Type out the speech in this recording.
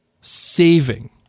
saving